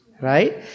right